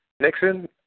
Nixon